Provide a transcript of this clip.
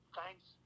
thanks